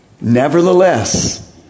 Nevertheless